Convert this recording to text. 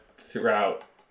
throughout